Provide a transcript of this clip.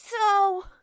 so-